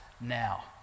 now